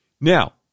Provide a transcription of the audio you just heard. Now